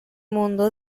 mundo